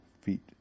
Feet